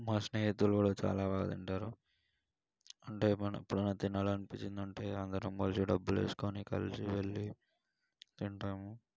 మా స్నేహితులు కూడా చాలా బాగా తింటారు అంటే మనం ఎప్పుడైనా తినాలి అనిపించిందంటే అందరం కలిసి డబ్బులు వేసుకుని కలిసి వెళ్ళి తింటాము